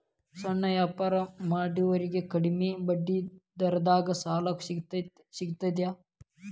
ಸಣ್ಣ ವ್ಯಾಪಾರ ಮಾಡೋರಿಗೆ ಕಡಿಮಿ ಬಡ್ಡಿ ದರದಾಗ್ ಸಾಲಾ ಸಿಗ್ತದಾ?